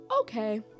okay